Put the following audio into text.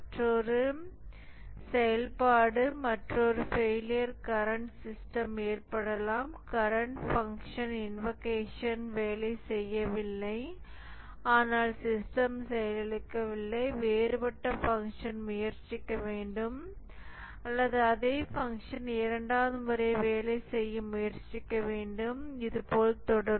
மற்றொரு செயல்பாடு மற்றொரு ஃபெயிலியர் கரண்ட் சிஸ்டம் ஏற்படலாம் கரண்ட் பங்க்ஷன் இன்வாகேஷன் வேலை செய்யவில்லை ஆனால் சிஸ்டம் செயலிழக்கவில்லை வேறுபட்ட பங்க்ஷன் முயற்சிக்க வேண்டும் அல்லது அதே பங்க்ஷன் இரண்டாவது முறை வேலை செய்ய முயற்சிக்க வேண்டும் இதுபோல் தொடரும்